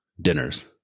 dinners